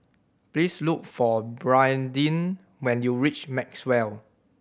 please look for Brandin when you reach Maxwell